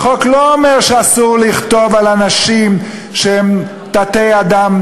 החוק לא אומר שאסור לכתוב על אנשים שהם תת-אדם,